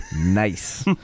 nice